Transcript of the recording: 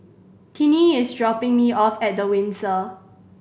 Tinnie is dropping me off at The Windsor